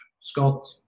Scott